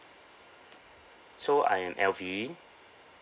so I am alvin